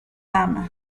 dama